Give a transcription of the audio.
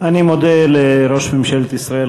אני מודה לראש ממשלת ישראל,